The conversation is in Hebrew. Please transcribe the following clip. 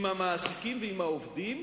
עם המעסיקים ועם העובדים.